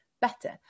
better